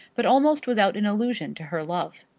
but almost without an allusion to her love.